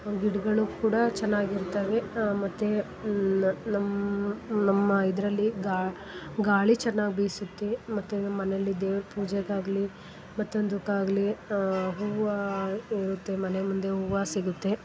ಗಿಡಗಳು ಕೂಡ ಚೆನ್ನಾಗಿರ್ತವೆ ಮತ್ತು ನಮ್ಮ ನಮ್ಮ ಇದರಲ್ಲಿ ಗಾಳಿ ಚೆನ್ನಾಗಿ ಬೀಸುತ್ತೆ ಮತ್ತು ನಮ್ಮ ಮನೇಲಿ ದೇವ್ರ ಪೂಜೆಗಾಗಲಿ ಮತ್ತೊಂದುಕ್ಕಾಗಲಿ ಹೂವ ಇರುತ್ತೆ ಮನೆ ಮುಂದೆ ಹೂವ ಸಿಗುತ್ತೆ